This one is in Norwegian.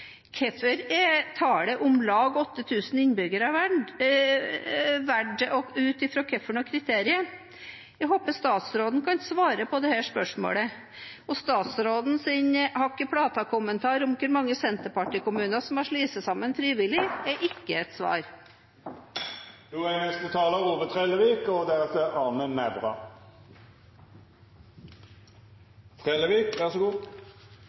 Hvorfor er tallet «om lag 8 000 innbyggere» valgt og ut fra hvilke kriterier? Jeg håper statsråden kan svare på disse spørsmålene. Og statsrådens hakk-i-plata-kommentar om hvor mange Senterparti-kommuner som har slått seg sammen frivillig, er ikke et svar. Eg vert litt forundra når eg høyrer representanten Heidi Greni tala så